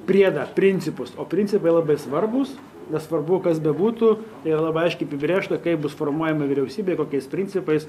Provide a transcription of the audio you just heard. priedą principus o principai labai svarbūs nesvarbu kas bebūtų tai labai aiškiai apibrėžta kaip bus formuojama vyriausybė kokiais principais